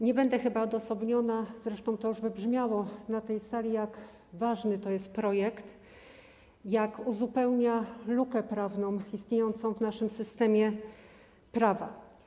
Nie będę chyba w tej opinii odosobniona, zresztą to już wybrzmiało na tej sali, jak ważny jest to projekt, jak uzupełnia on lukę prawną istniejącą w naszym systemie prawa.